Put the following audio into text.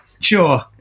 Sure